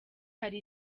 hari